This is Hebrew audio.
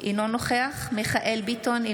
אינו נוכח מיכאל מרדכי ביטון,